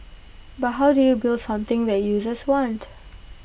but how do you build something that users want